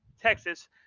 Texas